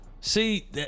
See